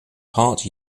part